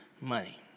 money